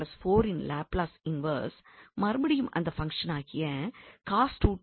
இன் Laplace inverse மறுபடியும் அந்த பங்ஷனாகிய ஆகும்